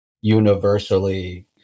universally